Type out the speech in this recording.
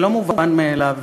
זה לא מובן מאליו,